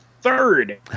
third